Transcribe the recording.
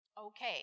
Okay